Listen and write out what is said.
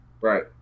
Right